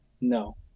No